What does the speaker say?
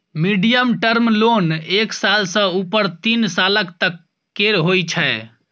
medium term loan एक साल सँ उपर तीन सालक तक केर होइ छै